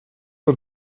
are